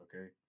okay